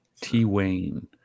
T-Wayne